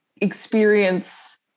experience